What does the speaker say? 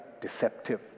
deceptive